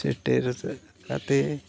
ᱥᱮᱴᱮᱨ ᱠᱟᱛᱮᱫ